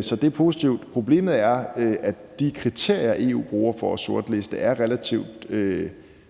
Så det er positivt. Problemet er, at de kriterier, EU bruger for at sortliste, er relativt